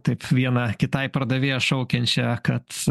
taip viena kitai pardavėja šaukiančią kad